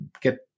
get